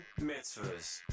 Mitzvahs